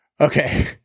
Okay